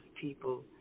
people